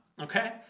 okay